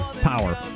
power